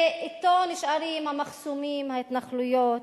ואתו נשארים המחסומים, ההתנחלויות,